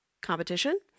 competition